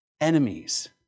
enemies